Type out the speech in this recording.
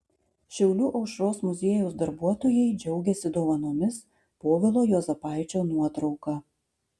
šiaulių aušros muziejaus darbuotojai džiaugiasi dovanomis povilo juozapaičio nuotrauka